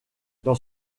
dans